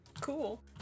cool